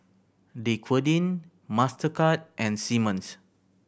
Dequadin Mastercard and Simmons